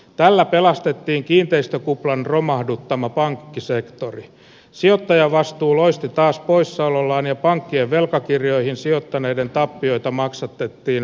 tällä pelastettiin kiinteistökuplan romahduttama pankkisektori sijoittajavastuu loisti poissaolollaan ja pankkien velkakirjoihin sijoittaneiden tappioita maksatettiin